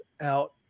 out